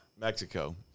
Mexico